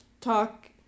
talk